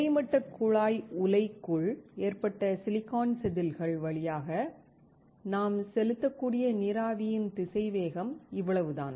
கிடைமட்ட குழாய் உலைக்குள் ஏற்றப்பட்ட சிலிக்கான் செதில்கள் வழியாக நாம் செலுத்தக்கூடிய நீராவியின் திசைவேகம் இவ்வளவுதான்